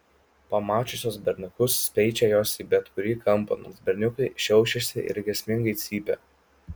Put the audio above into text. pamačiusios berniukus speičia jos į bet kurį kampą nors berniukai šiaušiasi ir grėsmingai cypia